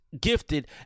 gifted